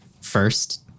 first